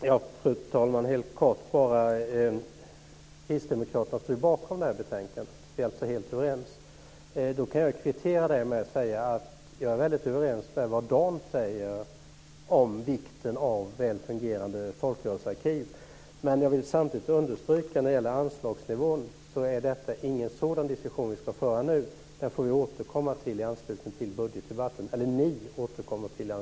Fru talman! Helt kort bara: Kristdemokraterna står ju bakom det här betänkandet. Vi är alltså helt överens. Då kan jag kvittera med att säga att jag håller med om det som Dan säger om vikten av väl fungerande folkrörelsearkiv. Men jag vill samtidigt understryka att anslagsnivån är inte en fråga som vi ska föra en diskussion om nu. Den får ni återkomma till i anslutning till budgetdebatten.